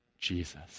Jesus